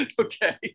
Okay